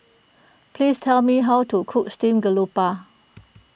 please tell me how to cook Steamed Grouper